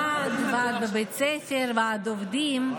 ועד, ועד בבית ספר, ועד עובדים.